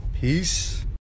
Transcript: Peace